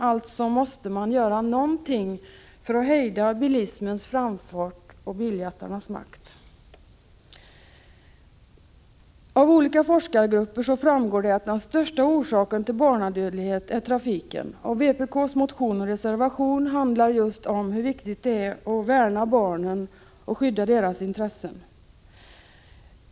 Vi måste göra någonting för att hejda privatbilismens ökning och biljättarnas makt. Genom olika forskargrupper framkommer att den största orsaken till barnadödligheten är trafiken. Vpk:s motion och reservation handlar just om hur viktigt det är att värna barnen och skydda deras intressen.